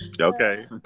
Okay